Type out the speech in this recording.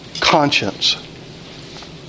conscience